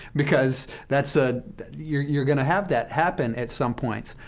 because that's a you're you're going to have that happen at some points.